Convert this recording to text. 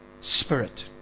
Spirit